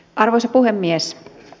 arvoisa puhemies